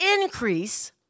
increase